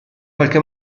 qualche